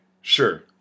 sure